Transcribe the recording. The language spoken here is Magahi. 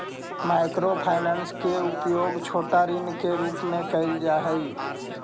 माइक्रो फाइनेंस के उपयोग छोटा ऋण के रूप में कैल जा हई